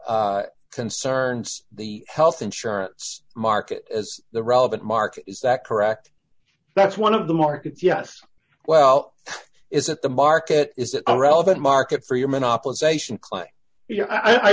m concerns the health insurance market as the relevant market is that correct that's one of the markets yes well is it the market is that a relevant market for your